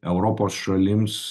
europos šalims